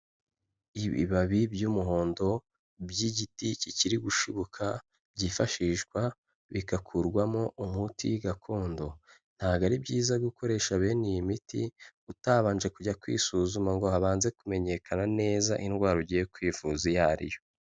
Ibibabi by'umuhondo by'igiti kikiri gushibuka byifashishwa bigakurwamo umuti gakondo, ntago ari byiza gukoresha bene iyi miti utabanje kujya kwisuzuma ngo habanze kumenyekana neza indwara ugiye kwivuza iyo ari yo.